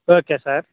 okay sir